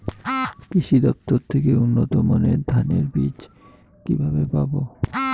কৃষি দফতর থেকে উন্নত মানের ধানের বীজ কিভাবে পাব?